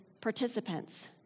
participants